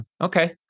okay